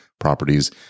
properties